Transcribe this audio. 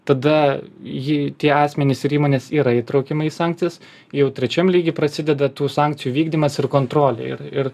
tada ji tie asmenys ir įmonės yra įtraukiama į sankcijas jau trečiam lygy prasideda tų sankcijų vykdymas ir kontrolė ir ir